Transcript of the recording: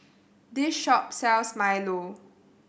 this shop sells milo